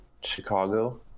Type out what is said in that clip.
Chicago